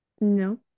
No